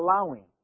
allowing